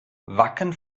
wacken